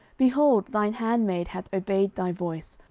behold, thine handmaid hath obeyed thy voice,